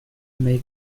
make